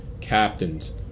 captains